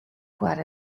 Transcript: foar